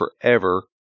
forever